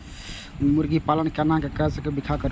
मुर्गी पालन केना करब व्याख्या करु?